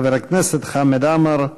חבר הכנסת חמד עמאר,